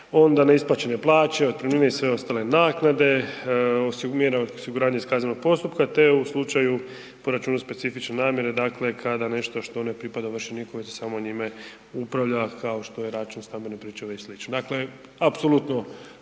onda neisplaćene plaće, otpremnine i sve ostale naknade, mjere osiguranja iz kaznenog postupka te u slučaju po računu specifične namjere dakle kada nešto što ne pripada ovršeniku jer samo njime upravlja kao što je račun stambene pričuve i sl. dakle apsolutno